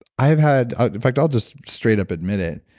i have had. in fact, i'll just straight up admit it,